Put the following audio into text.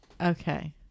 Okay